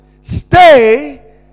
Stay